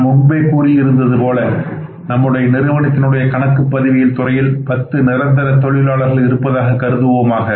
நான் முன்பே கூறியிருந்தது போல நமது நிறுவனத்தினுடைய கணக்குப்பதிவியல் துறையில் 10 நிரந்தர தொழிலாளர்கள் இருப்பதாக கருதுவோமாக